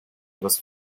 was